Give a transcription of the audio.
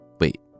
Wait